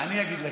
אני אגיד לך.